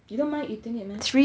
you don't mind eating it meh